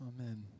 Amen